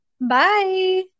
bye